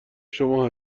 شما